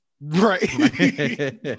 Right